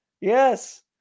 Yes